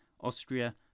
Austria